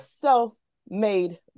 self-made